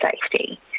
safety